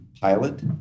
pilot